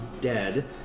dead